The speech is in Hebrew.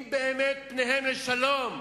אם באמת פניהם לשלום,